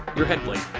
your headblade.